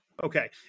Okay